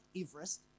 Everest